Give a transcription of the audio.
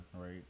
right